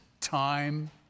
time